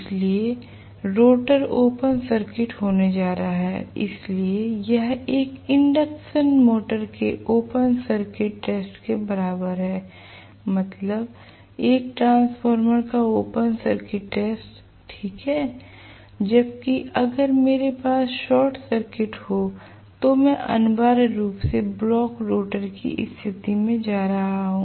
इसलिए rotor open circuit होने जा रहा हूं इसलिए यह एक इंडक्शन मोटर के ओपन सर्किट टेस्ट के बराबर है मतलब एक ट्रांसफॉर्मर का ओपन सर्किट टेस्ट ठीक है जबकि अगर मेरे पास शॉर्ट सर्किट हो तो मैं अनिवार्य रूप से ब्लॉक रोटर की स्थिति में जा रहा हूं